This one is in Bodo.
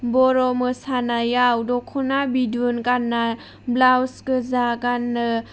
बर' मोसानायाव दखना बिद'न गानना ब्लाउस गोजा गानो